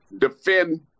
defend